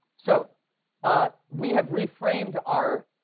so ah we have reframed our